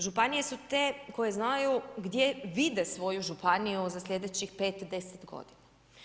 Županije su te koje znaju gdje vide svoju županiju za slijedećih 5, 10 godina.